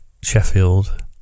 Sheffield